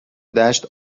دشت